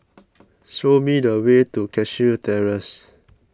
show me the way to Cashew Terrace